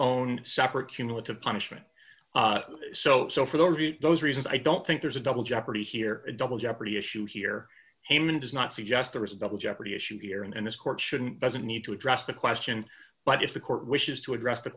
own separate cumulative punishment so so for those of you those reasons i don't think there's a double jeopardy here a double jeopardy issue here heyman does not suggest there is a double jeopardy issue here and this court shouldn't doesn't need to address the question but if the court wishes to address the